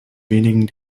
wenigen